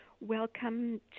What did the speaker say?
welcome